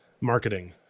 marketing